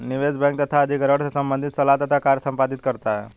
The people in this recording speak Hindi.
निवेश बैंक तथा अधिग्रहण से संबंधित सलाह तथा कार्य संपादित करता है